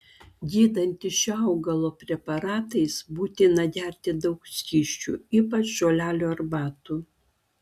gydantis šio augalo preparatais būtina gerti daug skysčių ypač žolelių arbatų